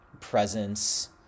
presence